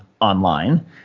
online